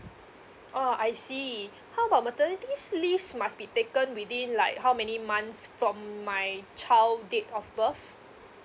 oh I see how about maternity leave must be taken within like how many months from my child date of birth